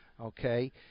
okay